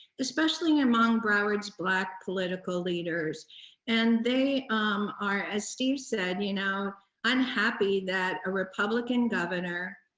especially among broward's black political leaders and they are, as steve said, you know unhappy that a republican governor,